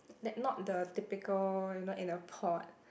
that not the typical you know in the pot